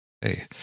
Hey